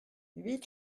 huit